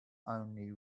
only